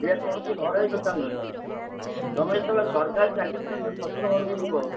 ଏ କୌଣସି ଘରୋଇ କଥା ନୁହେଁ ତୁମେ ଯେତେବେଳେ ସରକାରୀ ଚାକିରି କରିଛ ଶ୍ୱଶୁର ଘରକୁ ଯିବ